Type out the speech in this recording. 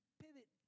pivot